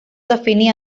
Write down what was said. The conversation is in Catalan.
definir